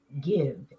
give